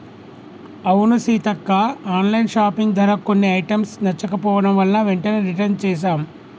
అవును Seethakka online shopping ధర కొన్ని ఐటమ్స్ నచ్చకపోవడం వలన వెంటనే రిటన్ చేసాం